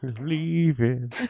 leaving